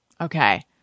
Okay